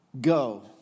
Go